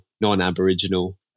non-aboriginal